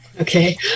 Okay